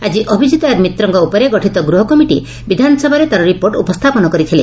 ଆଜି ଅଭିଜିତ ଆୟର ମିତ୍ରଙ୍କ ଉପରେ ଗଠିତ ଗୃହ କମିଟି ବିଧାନସଭାରେ ତାର ରିପୋର୍ଟ ଉପସ୍ରାପନ କରିଥିଲେ